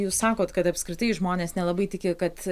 jūs sakot kad apskritai žmonės nelabai tiki kad